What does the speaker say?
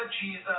Jesus